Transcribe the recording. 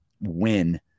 win